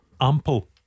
ample